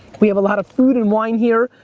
we have a lot of food and wine here.